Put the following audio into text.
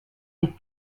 les